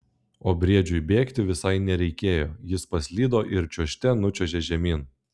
o briedžiui bėgti visai nereikėjo jis paslydo ir čiuožte nučiuožė žemyn